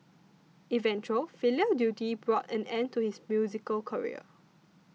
eventual filial duty brought an end to his musical career